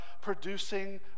producing